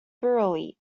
thoroughly